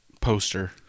poster